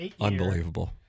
Unbelievable